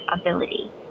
ability